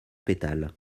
pétales